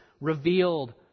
revealed